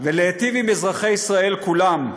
ולהטיב עם אזרחי ישראל כולם: